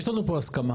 יש לנו פה הסכמה.